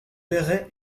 payerai